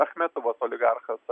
achmetovos oligarchas